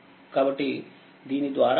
కాబట్టి దీనిద్వారా వెళితే